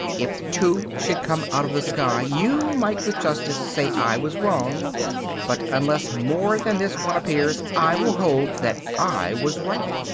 if two should come out of the sky you might with justice say i was wrong but unless more than this one appears i will hold that i was right.